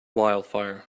wildfire